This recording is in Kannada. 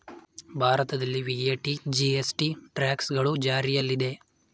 ಭಾರತದಲ್ಲಿ ವಿ.ಎ.ಟಿ, ಜಿ.ಎಸ್.ಟಿ, ಟ್ರ್ಯಾಕ್ಸ್ ಗಳು ಜಾರಿಯಲ್ಲಿದೆ